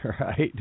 right